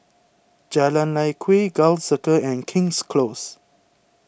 Jalan Lye Kwee Gul Circle and King's Close